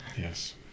Yes